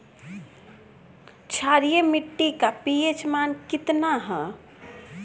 क्षारीय मीट्टी का पी.एच मान कितना ह?